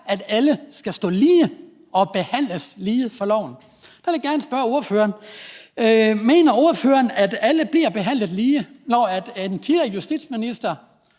at alle skal stå lige og behandles lige for loven. Der vil jeg gerne spørge ordføreren: Mener ordføreren, at alle bliver behandlet lige, når en tidligere justitsminister